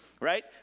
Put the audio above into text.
right